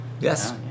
Yes